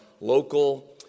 local